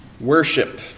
Worship